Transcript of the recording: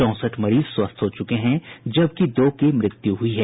चौंसठ मरीज स्वस्थ हो चुके हैं जबकि दो की मृत्यु हुई है